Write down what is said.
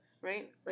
right